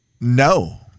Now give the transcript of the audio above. No